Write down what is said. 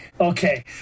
Okay